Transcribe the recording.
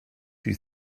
you